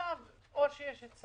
ועכשיו יש צווים.